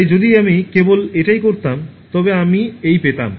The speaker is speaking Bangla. তাই যদি আমি কেবল এটাই করতাম তবে আমি এই পেতাম